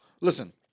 Listen